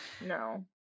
No